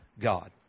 God